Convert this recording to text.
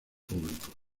públicos